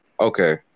Okay